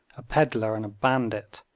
a pedlar and a bandit,